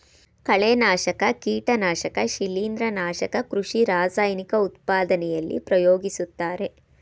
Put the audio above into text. ಕಳೆನಾಶಕ, ಕೀಟನಾಶಕ ಶಿಲಿಂದ್ರ, ನಾಶಕ ಕೃಷಿ ರಾಸಾಯನಿಕ ಉತ್ಪಾದನೆಯಲ್ಲಿ ಪ್ರಯೋಗಿಸುತ್ತಾರೆ